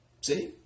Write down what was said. See